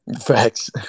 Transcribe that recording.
Facts